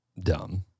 dumb